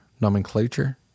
Nomenclature